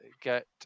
get